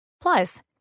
Plus